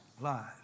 lies